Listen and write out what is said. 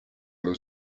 allo